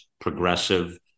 progressive